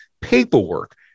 paperwork